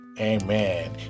Amen